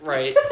Right